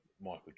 Michael